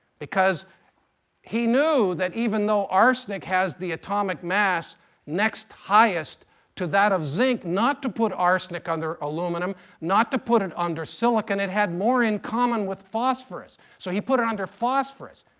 because he knew that even though arsenic has the atomic mass next highest to that of zinc not to put arsenic under aluminum, not to put it under silicon. it had more in common with phosphorus. so he put it under phosphorus,